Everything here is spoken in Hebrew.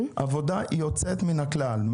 עשיתם עבודה יוצאת מהכלל.